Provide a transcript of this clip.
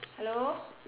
hello